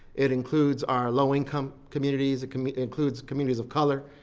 it includes our low income communities, it includes communities of color,